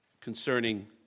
concerning